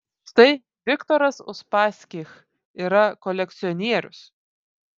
štai viktoras uspaskich yra kolekcionierius